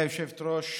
גברתי היושבת-ראש,